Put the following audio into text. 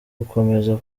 ukomeza